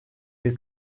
bir